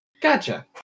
Gotcha